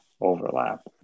overlap